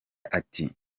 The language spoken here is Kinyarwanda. ati